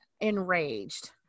enraged